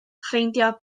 ffeindio